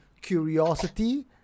curiosity